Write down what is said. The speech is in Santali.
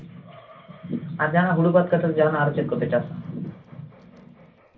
ᱟᱨ ᱡᱟᱦᱟᱱᱟᱜ ᱦᱩᱲᱩ ᱵᱟᱫᱽ ᱠᱟᱛᱮᱫ ᱡᱟᱦᱟᱱᱟᱜ ᱟᱨ ᱪᱮᱫ ᱠᱚᱯᱮ ᱪᱟᱥᱟ